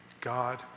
God